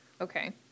okay